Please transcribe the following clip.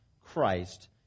Christ